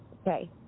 Okay